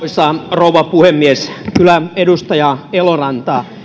rouva puhemies kyllä edustaja eloranta